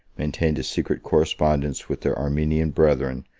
maintained a secret correspondence with their armenian brethren,